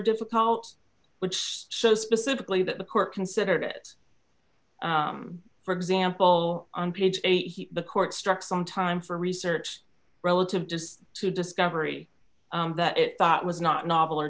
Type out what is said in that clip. difficult which show specifically that the court considered it for example on page eight the court struck some time for research relative just to discovery that thought was not